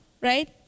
right